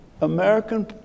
American